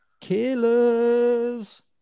Killers